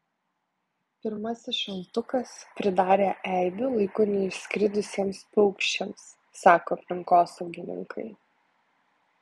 pirmasis šaltukas pridarė eibių laiku neišskridusiems paukščiams sako aplinkosaugininkai